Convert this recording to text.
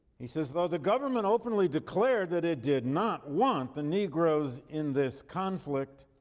he says, though the government openly declared that it did not want the negroes in this conflict,